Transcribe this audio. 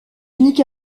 unique